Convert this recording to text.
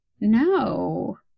No